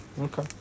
Okay